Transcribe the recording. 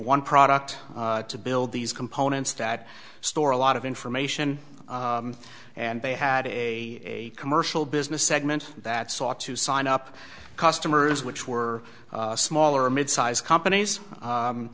one product to build these components that store a lot of information and they had a commercial business segment that sought to sign up customers which were smaller mid sized companies